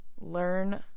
Learn